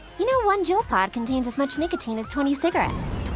you know one juul pod contains as much nicotine as twenty cigarettes.